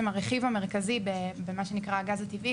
הרכיב המרכזי במה שנקרא הגז הטבעי,